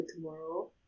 tomorrow